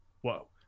whoa